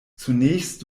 zunächst